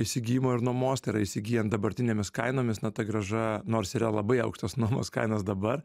įsigijimo ar nuomos tai yra įsigyjant dabartinėmis kainomis na ta grąža nors yra labai aukštos nuomos kainos dabar